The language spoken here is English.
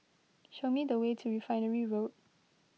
show me the way to Refinery Road